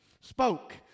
spoke